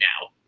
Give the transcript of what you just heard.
now